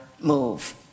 move